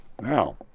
Now